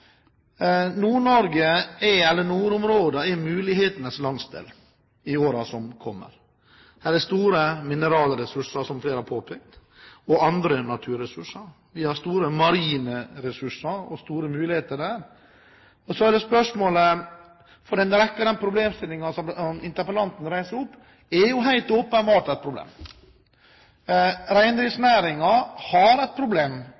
mulighetenes landsdel i årene som kommer. Her er det store mineralressurser, som flere har påpekt, og andre naturressurser. Vi har store marine ressurser med store muligheter. En rekke av de problemstillingene som interpellanten reiser i spørsmålet, er jo helt åpenbare. Reindriftsnæringen har problemer opp